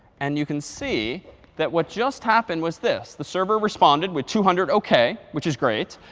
and you can see that what just happened was this. the server responded with two hundred ok, which is great.